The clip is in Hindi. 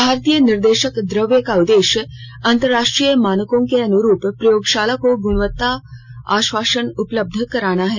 भारतीय निर्देशक द्रव्य का उद्देश्य अंतरराष्ट्रीय मानकों के अनुरूप प्रयोगशालों को गुणवत्ता आश्वासन उपलब्ध कराना है